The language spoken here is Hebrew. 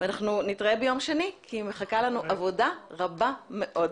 ואנחנו נתראה ביום שני כי מחכה לנו עבודה רבה מאוד.